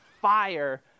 fire